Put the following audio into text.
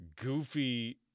goofy